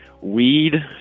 weed